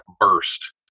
burst